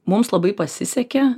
mums labai pasisekė